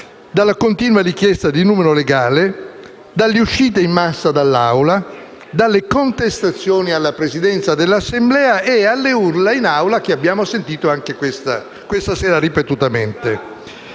della continua richiesta di numero legale, delle uscite in massa dall'Aula, delle contestazioni alla Presidenza dell'Assemblea, delle urla in Aula (che abbiamo sentito anche questa sera, ripetutamente).